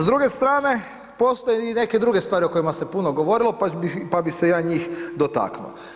S druge strane, postoje i neke druge stvari o kojima se puno govorilo pa bi se ja njih dotaknuo.